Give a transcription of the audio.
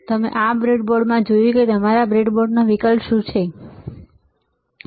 અમે આ બ્રેડબોર્ડમાં જોયું છે કે તમારા બ્રેડબોર્ડનો વિકલ્પ શું છે હા